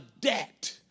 debt